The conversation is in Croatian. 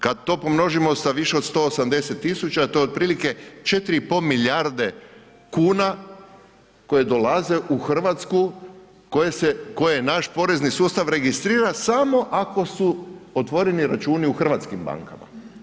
Kad to pomnožimo sa više od 180 000, to je otprilike 4,5 milijarde kuna koje dolaze u Hrvatsku koje naš porezni sustav registrira samo ako su otvoreni računi u hrvatskim bankama.